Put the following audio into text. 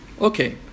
Okay